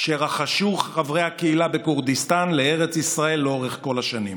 שרחשו חברי הקהילה בכורדיסטן לישראל לאורך כל השנים.